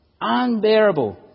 Unbearable